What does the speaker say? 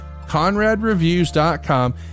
ConradReviews.com